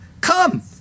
come